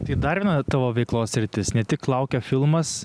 tai dar viena tavo veiklos sritis ne tik laukia filmas